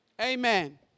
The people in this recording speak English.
Amen